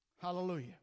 Hallelujah